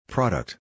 Product